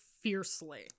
fiercely